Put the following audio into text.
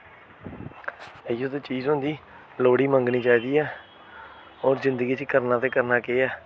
इ'यो ते चीज होंदी लोह्ड़ी मंगनी चाहिदी ऐ होर जिंदगी च करना ते करना केह् ऐ